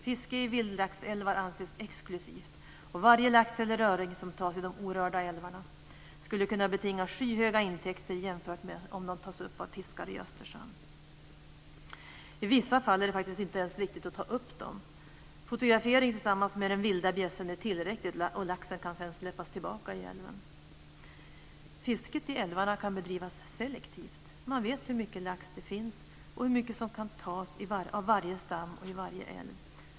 Fiske i vildlaxälvar anses exklusivt, och varje lax eller öring som tas i de orörda älvarna skulle kunna betinga skyhöga intäkter jämfört med om de tas upp av fiskare i Östersjön. I vissa fall är det faktiskt inte ens viktigt att ta upp dem. Det är tillräckligt med fotografering tillsammans med den vilda bjässen, och laxen kan sedan släppas tillbaka i älven. Fisket i älvarna kan bedrivas selektivt. Man vet hur mycket lax som finns och hur mycket som kan tas av varje stam och i varje älv.